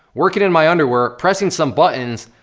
working in my underwear, pressing some buttons,